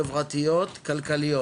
חברתיות, כלכליות.